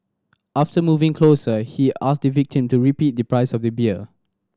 after moving closer he asked the victim to repeat the price of the beer